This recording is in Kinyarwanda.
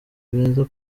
beza